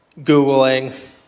Googling